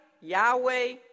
Yahweh